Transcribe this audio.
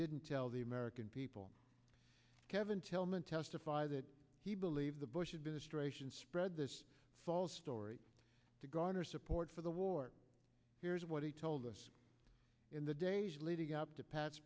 didn't tell the american people kevin tillman testify that he believed the bush administration spread this false story to garner support for the war here's what he told us in the days leading up to pat